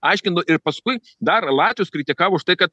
aiškindavo ir paskui dar latvius kritikavo už tai kad